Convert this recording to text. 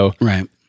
Right